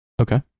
Okay